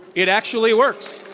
it actually works.